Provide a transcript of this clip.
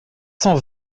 cent